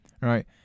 right